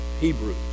Hebrews